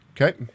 Okay